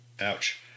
ouch